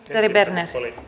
arvoisa puhemies